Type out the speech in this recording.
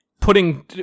putting